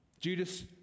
Judas